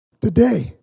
today